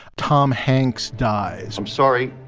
tom hanks dies i'm sorry.